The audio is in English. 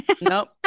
Nope